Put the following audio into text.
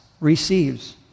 receives